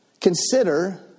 Consider